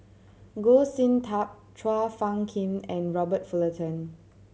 Goh Sin Tub Chua Phung Kim and Robert Fullerton